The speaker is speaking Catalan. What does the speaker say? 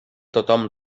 tothom